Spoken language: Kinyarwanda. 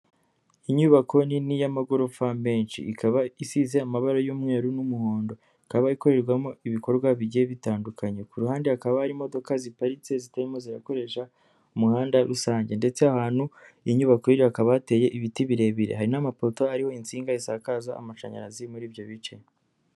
Inyubako nini y'amagorofa menshi, ikaba isize amabara y'umweru n'umuhondo. Ikaba ikorerwamo ibikorwa bigiye bitandukanye. Ku ruhande hakaba hari imodoka ziparitse zitarimo zirakoresha umuhanda rusange ndetse ahantu iyi nyubakokaba hateye ibiti birebire. Hari n'amapoto ariho insinga zisakaza amashanyarazi muri ibyo bice.